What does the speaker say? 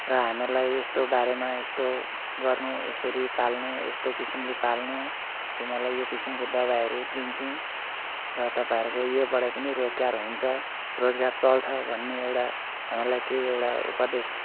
र हामीहरूलाई यस्तो बारेमा यस्तो गर्नु यसरी पाल्नु यस्तो किसिमले पाल्नु तिमीहरूलाई यो किसिमको दबाईहरू दिन्छौँ र तपाईँहरूको योबाट पनि रोजगार हुन्छ रोजगार चल्छ भन्ने एउटा उहाँलाई केही एउटा उपदेश